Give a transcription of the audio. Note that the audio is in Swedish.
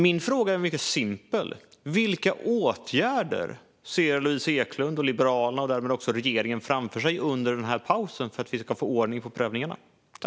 Min fråga är mycket simpel: Vilka åtgärder ser Louise Eklund, Liberalerna och därmed också regeringen framför sig under denna paus för att vi ska få ordning på prövningarna?